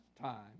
time